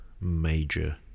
major